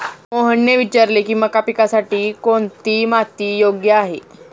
मोहनने विचारले की मका पिकासाठी कोणती माती योग्य आहे?